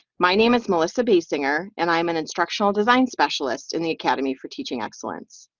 my name is melissa baysingar and i am an instructional design specialist in the academy for teaching excellence.